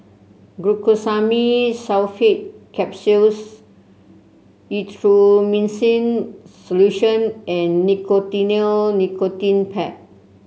Glucosamine Sulfate Capsules Erythroymycin Solution and Nicotinell Nicotine Patch